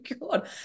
god